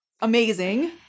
amazing